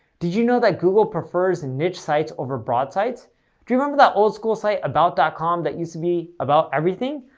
did you know that google prefers niche sites over broad sites? do you remember that old-school site, about dot com that used to be about everything?